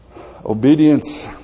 Obedience